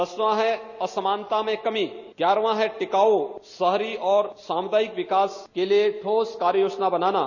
रसवां है असमानता में कमी ग्यारहवां है टिकाऊ शहरी और सामुदायिक विकास के लिये ठोस कार्य योजना बनाना